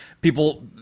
people